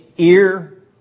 ear